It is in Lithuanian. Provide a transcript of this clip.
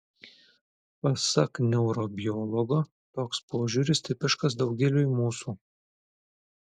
pasak neurobiologo toks požiūris tipiškas daugeliui mūsų